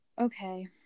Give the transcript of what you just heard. okay